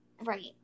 right